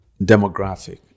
demographic